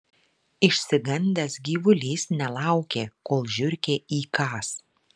išsigandęs gyvulys nelaukė kol žiurkė įkąs